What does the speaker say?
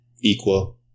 Equal